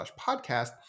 podcast